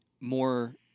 more